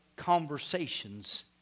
Conversations